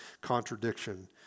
contradiction